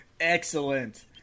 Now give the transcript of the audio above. Excellent